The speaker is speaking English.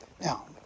Now